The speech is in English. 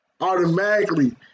automatically